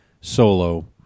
Solo